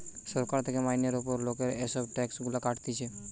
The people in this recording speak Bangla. সরকার থেকে মাইনের উপর লোকের এসব ট্যাক্স গুলা কাটতিছে